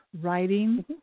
writing